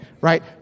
right